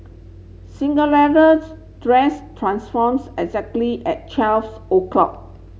dress transforms exactly at twelves o'clock